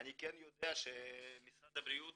אני כן יודע שמשרד הבריאות